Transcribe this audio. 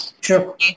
sure